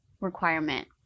requirement